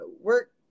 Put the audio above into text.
work